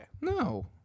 No